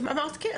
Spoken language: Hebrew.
אמרתי כן,